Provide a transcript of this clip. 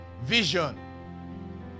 vision